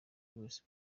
wese